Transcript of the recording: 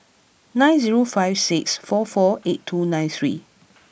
nine zero five six four four eight two nine three